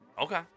Okay